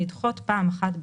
לדחות פעם אחת,